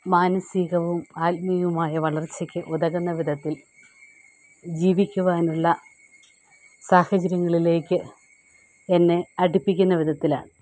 മാനസികവും ആത്മീകവുമായ വളർച്ചയ്ക്ക് ഉതകുന്ന വിധത്തിൽ ജീവിക്കുവാനുള്ള സാഹചര്യങ്ങളിലേക്ക് എന്നെ അടുപ്പിക്കുന്ന വിധത്തിലാണ്